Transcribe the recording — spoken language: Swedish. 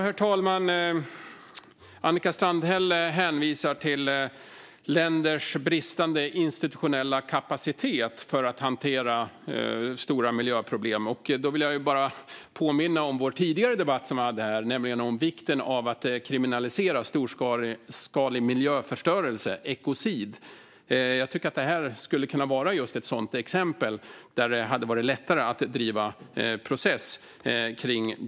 Herr talman! Annika Strandhäll hänvisar till länders bristande institutionella kapacitet när det gäller att hantera stora miljöproblem. Låt mig därför påminna om vår tidigare debatt om vikten av att kriminalisera storskalig miljöförstörelse, ekocid. Det här är ett exempel på där detta skulle ha gjort det lättare att driva en process.